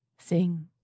Sing